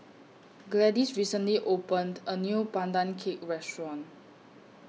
Gladys recently opened A New Pandan Cake Restaurant